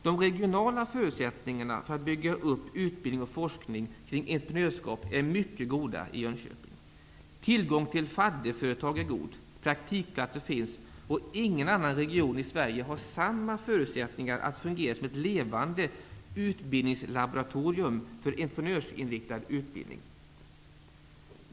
De regionala förutsättningarna för att bygga upp utbildning och forskning kring entreprenörskap är mycket goda i Jönköping. Tillgången till fadderföretag är god, praktikplatser finns och ingen annan region i Sverige har samma förutsättningar att fungera som ett levande utbildningslaboratorium för entreprenörsinriktad utbildning.